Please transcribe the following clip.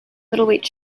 middleweight